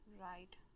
Right